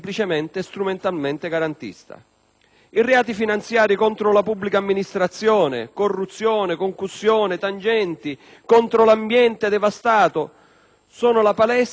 I reati finanziari contro la pubblica amministrazione, la corruzione, la concussione, le tangenti, l'ambiente devastato, sono la palestra per riscoprire i valori